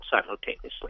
simultaneously